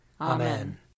Amen